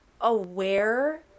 aware